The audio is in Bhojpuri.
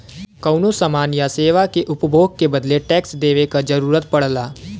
कउनो समान या सेवा के उपभोग के बदले टैक्स देवे क जरुरत पड़ला